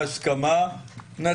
גם בהסכם גביזון-מודן,